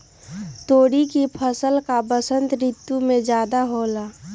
तोरी के फसल का बसंत ऋतु में ज्यादा होला?